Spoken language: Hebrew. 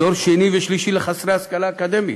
דור שני ושלישי לחסרי השכלה אקדמית.